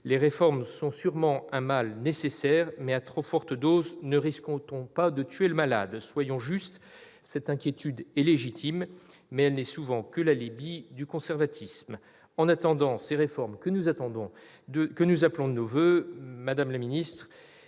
Les réformes sont sûrement un mal nécessaire, mais à trop forte dose, ne risque-t-on pas de tuer le malade ?» Soyons justes, cette inquiétude est légitime, mais elle n'est souvent que l'alibi du conservatisme ! En attendant ces réformes, que nous appelons de nos voeux, le groupe